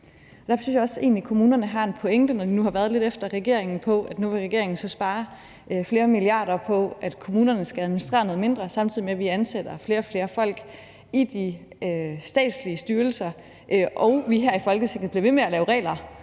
kommunerne har en pointe, når de nu har været lidt efter regeringen med, at regeringen nu vil spare flere milliarder kroner på, at kommunerne skal administrere noget mindre, samtidig med at vi ansætter flere og flere folk i de statslige styrelser og vi her i Folketinget bliver ved med at lave regler